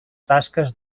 tasques